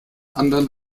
anderen